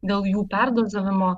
dėl jų perdozavimo